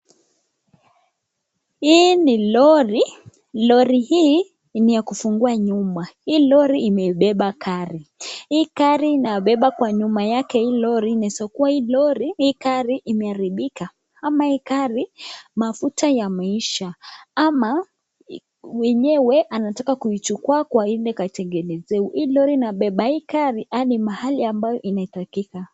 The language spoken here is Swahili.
Hii ni lori, lori hii ni yakufungua nyuma hii lori imebeba karii. Hii kari inabebwa kwa nyuma yake hii lori inaezakuwa hii kari imeharibika ama hii kari mafuta yameisha ama wenyewe anataka kuichukua kwa aende akatengenezewe hii lori inabeba hii karii hadi mahali inahitajika.